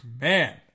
man